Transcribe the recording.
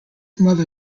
mother